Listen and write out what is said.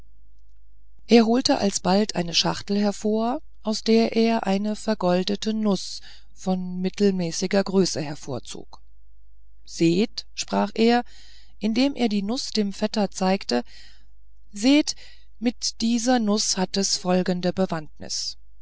er holte alsbald eine schachtel hervor aus der er eine vergoldete nuß von mittelmäßiger größe hervorzog seht sprach er indem er die nuß dem vetter zeigte seht mit dieser nuß hat es folgende bewandtnis